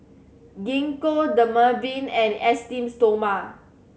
Gingko Dermaveen and Esteem Stoma